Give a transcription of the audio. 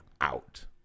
out